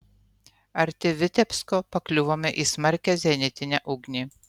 arti vitebsko pakliuvome į smarkią zenitinę ugnį